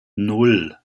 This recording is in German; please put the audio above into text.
nan